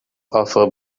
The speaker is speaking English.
offer